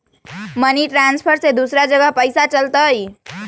Money transfer से दूसरा जगह पईसा चलतई?